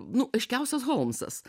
nu aiškiausias holmsas